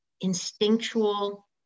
instinctual